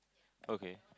okay